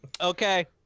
Okay